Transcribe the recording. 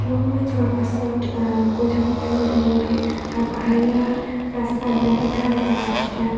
শ্বিলঙলৈ যোৱাৰ পাছত গৈ থাকোঁতে গৈ থাকোঁতে তাৰ পাহাৰীয়া ৰাস্তাবিলাক একা বেঁকা বাটবিলাক